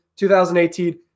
2018